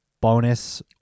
bonus